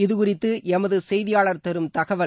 இதுகுறித்து எமது செய்தியாளர் தரும் தகவல்